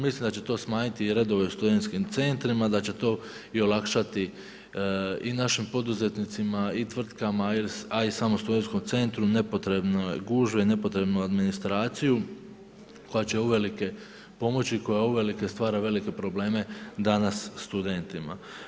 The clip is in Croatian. Mislim da će to smanjiti i redove u studentskim centrima da će to i olakšati i našim poduzetnicima i tvrtkama, a i samom studentskom centru nepotrebne gužve i nepotrebnu administraciju koja će uvelike pomoći i koja uvelike stvara velike probleme danas studentima.